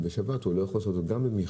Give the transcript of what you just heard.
שבשבת הוא לא יכול לעשות גם במחשוב,